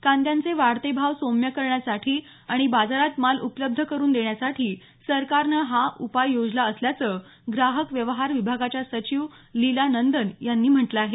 कांद्याचे वाढते भाव सौम्य करण्यासाठी आणि बाजारात माल उपलब्ध करून देण्यासाठी सरकारनं हा उपाय योजला असल्याचं ग्राहक व्यवहार विभागाच्या सचिव लीला नंदन यांनी म्हटलं आहे